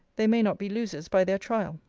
they may not be losers by their trial.